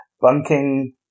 bunking